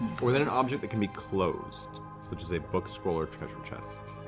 within an object that can be closed, such as a book, scroll, or treasure chest.